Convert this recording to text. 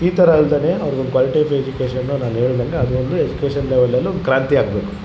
ಈ ಥರ ಅಲ್ದನೇ ಅವ್ರಿಗೊಂದು ಕ್ವಾಲಿಟಿ ಆಫ್ ಎಜುಕೇಷನ್ ನಾನು ಹೇಳ್ದಂಗ ಅದೊಂದು ಎಜುಕೇಷನ್ ಲೆವಲಲ್ಲೊಂದು ಕ್ರಾಂತಿ ಆಗಬೇಕು